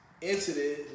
incident